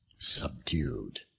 subdued